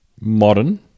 Modern